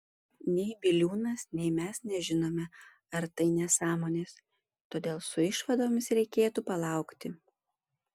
nei biliūnas nei mes nežinome ar tai nesąmonės todėl su išvadomis reikėtų palaukti